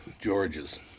Georges